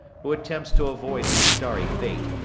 who attempts to avoid his starry fate.